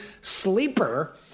*Sleeper*